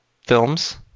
Films